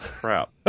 crap